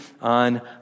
on